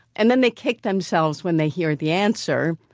and then they kick themselves when they hear the answer.